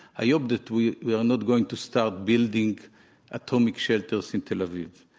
i hope that we we are not going to start building atomic shelters in tel aviv.